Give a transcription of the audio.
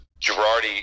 Girardi